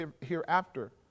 hereafter